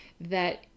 that